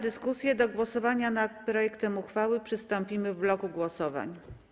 Do głosowania nad projektem uchwały przystąpimy w bloku głosowań.